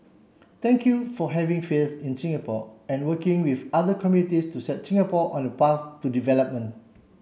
thank you for having faith in Singapore and working with other communities to set Singapore on a path to development